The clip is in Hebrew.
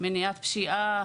מניעת פשיעה,